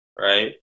right